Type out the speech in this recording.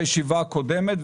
היא הייתה מצורפת בישיבה הקודמת,